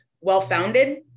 well-founded